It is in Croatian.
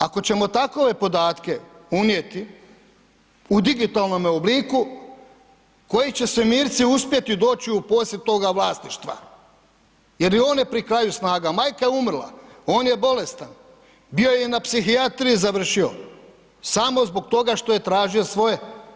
Ako ćemo takove podatke unijeti u digitalnome obliku koji će svemirci uspjeti doći u posjed toga vlasništva jer on je pri kraju snaga, majka je umrla, on je bolestan, bio je na psihijatriji završio samo zbog toga što je tražio svoje.